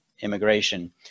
immigration